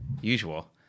usual